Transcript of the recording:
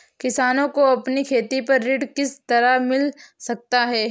किसानों को अपनी खेती पर ऋण किस तरह मिल सकता है?